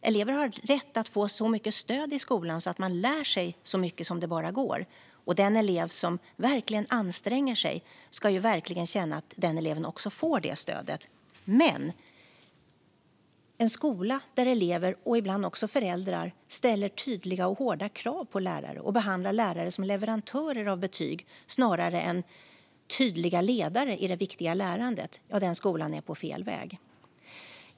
Elever har rätt att få så mycket stöd i skolan att de lär sig så mycket som det bara går. Den elev som verkligen anstränger sig ska känna att den eleven också får det stödet. Men en skola där elever och ibland också föräldrar ställer tydliga och hårda krav på lärare, behandlar lärare som leverantörer av betyg snarare än tydliga ledare i det viktiga lärandet, är på fel väg.